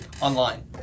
Online